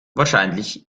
wahrscheinlich